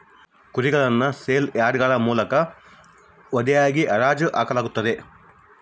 ಕುರಿಗಳನ್ನು ಸೇಲ್ ಯಾರ್ಡ್ಗಳ ಮೂಲಕ ವಧೆಗಾಗಿ ಹರಾಜು ಹಾಕಲಾಗುತ್ತದೆ